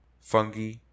fungi